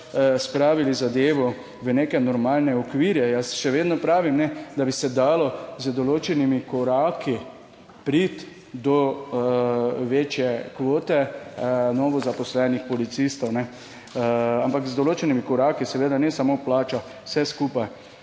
spravili zadevo v neke normalne okvire. Jaz še vedno pravim, da bi se dalo z določenimi koraki priti do večje kvote novozaposlenih policistov, ampak z določenimi koraki, seveda ne samo plača, vse skupaj.